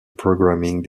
programming